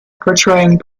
portraying